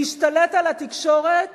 להשתלט על התקשורת